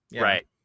Right